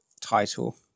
title